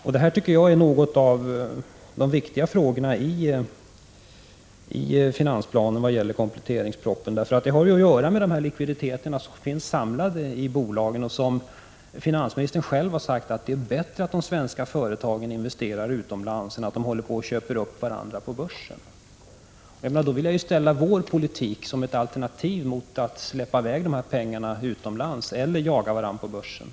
Jag tycker att detta är en del av de viktiga frågorna i finansplanen och kompletteringspropositionen, för det har att göra med de likviditeter som finns samlade i bolagen. I det sammanhanget har ju finansministern själv sagt att det är bättre att de svenska företagen investerar utomlands än att de köper upp varandra på börsen. Jag vill ställa vår politik som ett alternativ mot att man släpper i väg dessa pengar utomlands eller jagar varandra på börsen.